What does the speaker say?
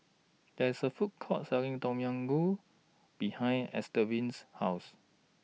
There IS A Food Court Selling Tom Yam Goong behind Estevan's House